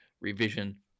revision